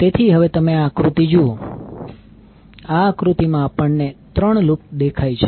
તેથી હવે તમે આ આકૃતિ જુઓ આ આકૃતિમાં આપણને 3 લૂપ દેખાય છે